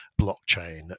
blockchain